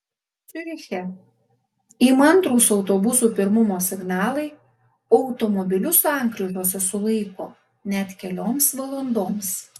ciuriche įmantrūs autobusų pirmumo signalai automobilius sankryžose sulaiko net kelioms valandoms